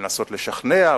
לנסות לשכנע,